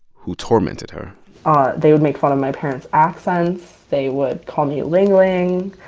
who tormented her ah they would make fun of my parents' accents. they would call me ling ling.